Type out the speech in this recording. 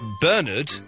Bernard